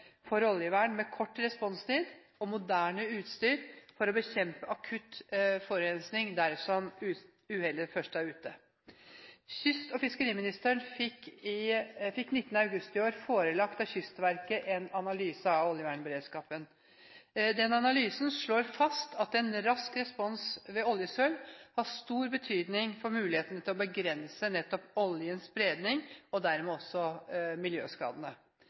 for oljevern med kort responstid og moderne utstyr for å bekjempe akutt forurensning, dersom uhellet først er ute. Fiskeri- og kystministeren fikk 19. august i år forelagt av Kystverket en analyse av oljevernberedskapen. Denne analysen slår fast at en rask respons ved oljesøl har stor betydning for mulighetene til å begrense oljens spredning og dermed også miljøskadene.